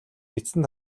бичсэн